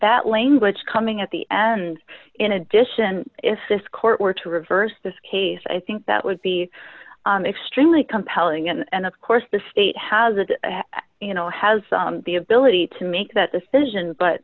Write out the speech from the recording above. that language coming at the end in addition if this court were to reverse this case i think that would be extremely compelling and of course the state hasn't you know has the ability to make that decision but